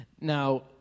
Now